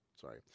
sorry